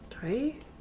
right